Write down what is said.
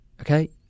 Okay